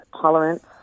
tolerance